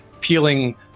peeling